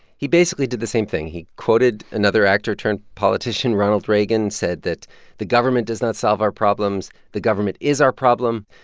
he basically did the same thing. he quoted another actor-turned-politician, ronald reagan. he said that the government does not solve our problems. the government is our problem.